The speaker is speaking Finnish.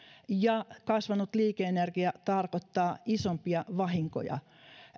kasvanut liike energia tarkoittaa isompia vahinkoja